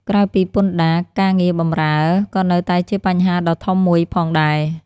ក្រៅពីពន្ធដារ ការងារបម្រើ ក៏នៅតែជាបញ្ហាដ៏ធំមួយផងដែរ។